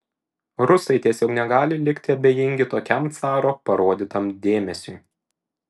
rusai tiesiog negali likti abejingi tokiam caro parodytam dėmesiui